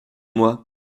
moi